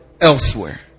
elsewhere